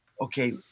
okay